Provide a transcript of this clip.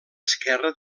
esquerra